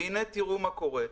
הנה, תראו מה קורה.